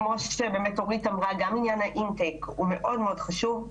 כמו שאורית אמרה - גם עניין האינטייק הוא מאוד חשוב.